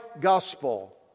gospel